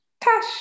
tash